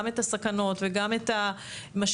גם את הסכנות וגם את המשמעויות,